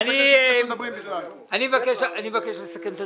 אנחנו סבורים שלא יקרה נזק לא